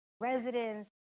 residents